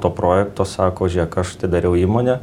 to projekto sako žėk aš atidariau įmonę